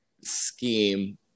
scheme